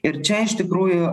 ir čia iš tikrųjų